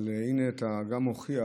אבל הינה אתה גם מוכיח